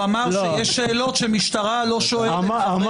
הוא אמר, יש שאלות שהמשטרה לא שואלת חברי כנסת.